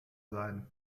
sein